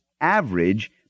average